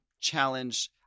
challenge